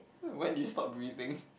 when did you stop breathing